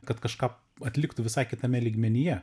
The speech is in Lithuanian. kad kažką atliktų visai kitame lygmenyje